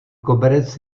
koberec